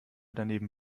daneben